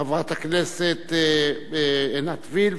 חברת הכנסת עינת וילף,